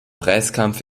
preiskampf